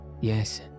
Yes